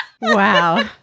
Wow